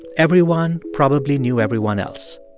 everyone probably knew everyone else.